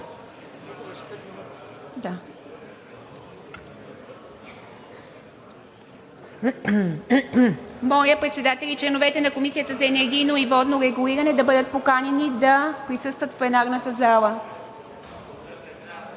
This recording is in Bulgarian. Моля председателят и членовете на Комисията за енергийно и водно регулиране да бъдат поканени в пленарната зала.